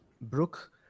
Brooke